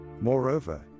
Moreover